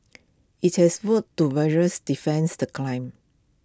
IT has vowed to vigorous defense the claims